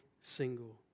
single